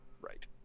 right